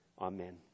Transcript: amen